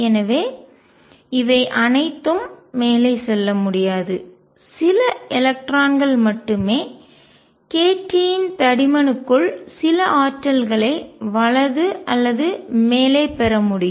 எனவே இவை அனைத்தும் மேலே செல்ல முடியாது சில எலக்ட்ரான் மட்டுமே kT இன் தடிமனுக்குள் சில ஆற்றல்களை வலது அல்லது மேலே பெற முடியும்